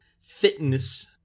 fitness